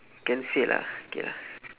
can say lah okay lah